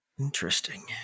Interesting